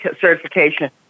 certification